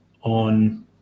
on